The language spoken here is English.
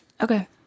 Okay